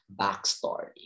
backstory